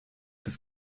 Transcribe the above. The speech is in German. das